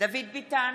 דוד ביטן,